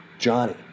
Johnny